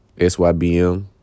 SYBM